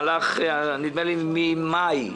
נדמה לי ממאי.